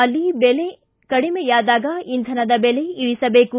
ಅಲ್ಲಿ ಬೆಲೆ ಕಡಿಮೆಯಾದಾಗ ಇಂಧನದ ಬೆಲೆ ಇಳಿಸಬೇಕು